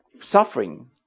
suffering